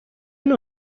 نوع